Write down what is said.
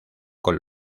con